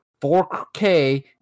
4K